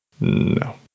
no